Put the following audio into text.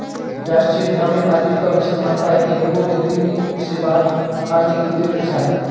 राष्ट्रीय ग्रामीण आजीविका मिशन मानता है कि लोगों में गरीबी से बाहर आने की तीव्र इच्छा है